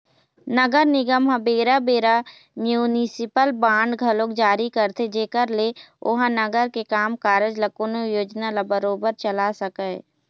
नगर निगम ह बेरा बेरा म्युनिसिपल बांड घलोक जारी करथे जेखर ले ओहा नगर के काम कारज ल कोनो योजना ल बरोबर चला सकय